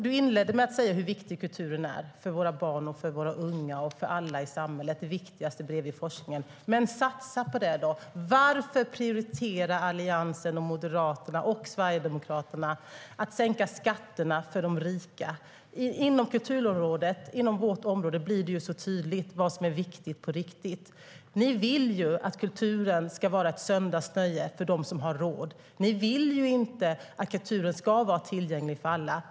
Du inledde med att säga hur viktig kulturen är för våra barn, för unga, för alla i samhället, och att det är det viktigaste vid sidan av forskningen. Men så satsa på det då! Varför prioriterar Alliansen och Moderaterna, tillsammans med Sverigedemokraterna, att sänka skatterna för de rika? Inom vårt område, kulturområdet, blir det tydligt vad som är viktigt på riktigt. Ni vill att kulturen ska vara ett söndagsnöje för dem som har råd. Ni vill inte att kulturen ska vara tillgänglig för alla.